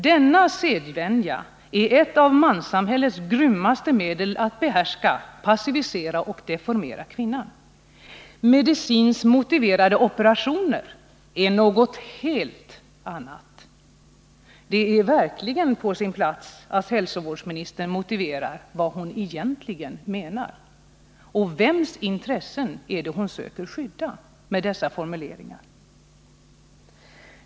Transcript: Denna sedvänja är ett av manssamhällets grymmaste medel att behärska, passivisera och deformera kvinnan. Medicinskt motiverade operationer är något helt annat. Det är verkligen på sin plats att hälsovårdsministern förklarar vad hon egentligen menar. Vems intresse är det hon söker skydda med dessa formuleringar?